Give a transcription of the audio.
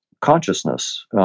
consciousness—